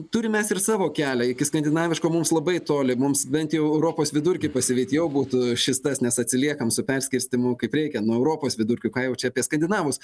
turim mes ir savo kelią iki skandinaviško mums labai toli mums bent jau europos vidurkį pasivyt jau būtų šis tas nes atsiliekam su perskirstymu kaip reikiant nuo europos vidurkio ką jau čia apie skandinavus